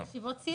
יש ישיבות סיעה.